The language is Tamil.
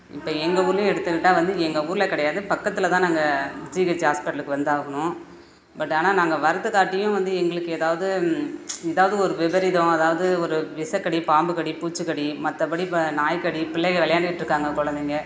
இப்போ எங்கள் ஊர்லேயும் எடுத்துக்கிட்டால் வந்து எங்கள் ஊரில் கிடையாது பக்கத்தில் தான் நாங்கள் ஜிஹெச் ஹாஸ்பிட்டலுக்கு வந்தாகணும் பட் ஆனால் நாங்கள் வரது காட்டியும் வந்து எங்களுக்கு ஏதாவுது ஏதாவுது ஒரு விபரீதம் ஏதாவுது ஒரு விஷக்கடி பாம்புக்கடி பூச்சிக்கடி மற்றபடி இப்போ நாய் கடி பிள்ளைகள் விளையாண்டுட்டிருக்காங்க குழந்தைங்க